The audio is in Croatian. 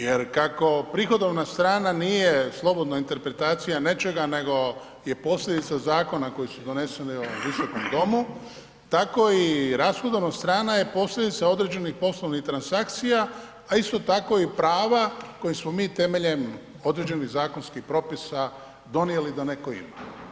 Jer kako prihodovna strana nije slobodna interpretacija nečega nego je posljedica zakona koji su doneseni u ovom Visokom domu, tako i rashodovna strana je posljedica određenih poslovnih transakcija a isto tako i prava kojim smo mi temeljem određenih zakonskih propisa donijeli da netko ima.